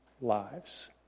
lives